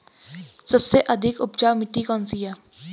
सबसे अधिक उपजाऊ मिट्टी कौन सी है?